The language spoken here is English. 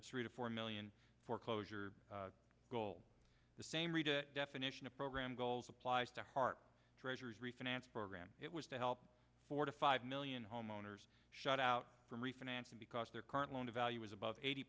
a three to four million foreclosure goal the same read a definition of program goals applies to heart treasuries refinance program it was to help forty five million homeowners shut out from refinancing because their current loan to value was above eighty